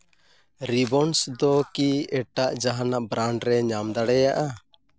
ribbons ᱫᱚ ᱠᱤ ᱮᱴᱟᱜ ᱡᱟᱦᱟᱱᱟᱜ ᱵᱨᱟᱱᱰ ᱨᱮ ᱧᱟᱢ ᱫᱟᱲᱮᱭᱟᱜᱼᱟ